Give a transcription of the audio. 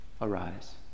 arise